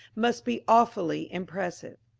must be awfully impressive.